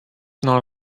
not